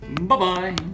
Bye-bye